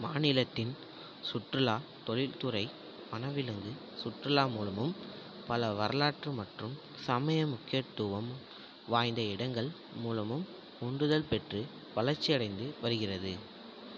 மாநிலத்தின் சுற்றுலாத் தொழில்துறை வனவிலங்குச் சுற்றுலா மூலமும் பல வரலாற்று மற்றும் சமய முக்கியத்துவம் வாய்ந்த இடங்கள் மூலமும் உந்துதல் பெற்று வளர்ச்சியடைந்து வருகிறது